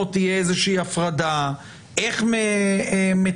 וכללנו תנאים אלה בתנאים הדיגיטליים כך אפשר לשמור דיברנו